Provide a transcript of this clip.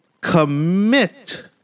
Commit